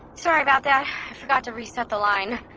sorry about that, i forgot to reset the line